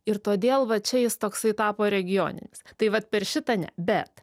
ir todėl va čia jis toksai tapo regioninis tai vat per šitą ne bet